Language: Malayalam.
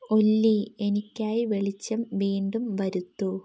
ഒല്ലി എനിക്കായി വെളിച്ചം വീണ്ടും വരുത്തൂ